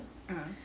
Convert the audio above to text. a'ah